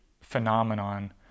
phenomenon